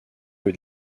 que